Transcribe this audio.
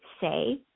say